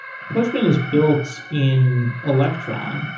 postman is built in electron,